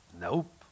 Nope